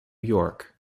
york